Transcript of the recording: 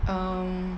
um